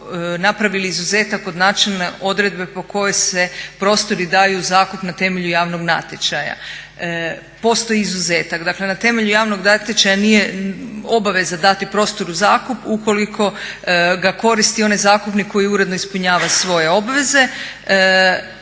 napravili izuzetak od načelne odredbe po kojoj se prostori daju u zakup na temelju javnog natječaja. Postoji izuzetak, dakle na temelju javnog natječaja nije obaveza dati prostoru u zakup ukoliko ga koristi onaj zakupnik koji uredno ispunjava svoje obveze